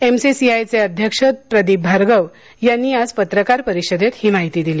एमसीसीआयएचे अध्यक्ष प्रदीप भार्गव यांनी मंगळवारी पत्रकार परिषदेत ही माहिती दिली